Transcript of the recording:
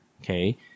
Okay